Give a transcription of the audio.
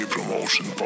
Promotion